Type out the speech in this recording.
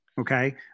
okay